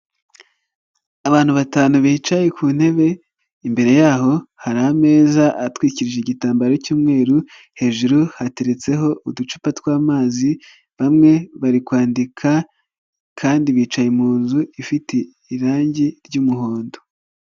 Abantu batanu bicaye ku ntebe, imbere yaho hari ameza atwikirije igitambaro cy'umweru, hejuru hateretseho uducupa tw'amazi, bamwe bari kwandika kandi bicaye mu nzu ifite irangi ry'umuhondo.